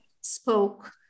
spoke